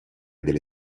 delle